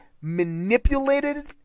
manipulated